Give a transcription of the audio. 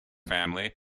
family